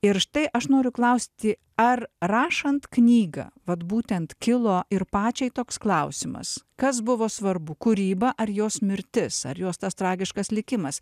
ir štai aš noriu klausti ar rašant knygą vat būtent kilo ir pačiai toks klausimas kas buvo svarbu kūryba ar jos mirtis ar jos tas tragiškas likimas